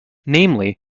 namely